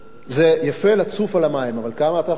זה יפה לצוף על המים, אבל כמה אתה יכול לצוף?